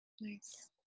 Nice